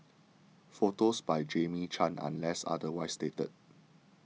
photos by Jamie Chan unless otherwise stated